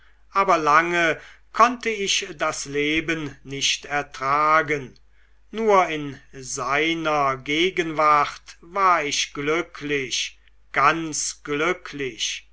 aber lange konnte ich das leben nicht ertragen nur in seiner gegenwart war ich glücklich ganz glücklich